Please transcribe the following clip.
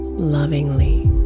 lovingly